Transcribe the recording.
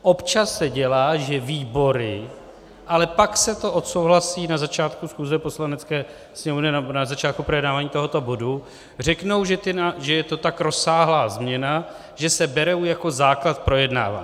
Občas se dělá, že výbory ale pak se to odsouhlasí na začátku schůze Poslanecké sněmovny nebo na začátku projednávání tohoto bodu řeknou, že je to tak rozsáhlá změna, že se berou jako základ k projednávání.